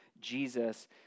Jesus